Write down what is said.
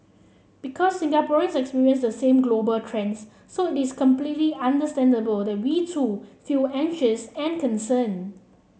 because Singaporeans experience the same global trends so it is completely understandable that we too feel anxious and concern